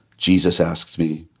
jesus asks me,